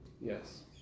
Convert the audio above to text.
Yes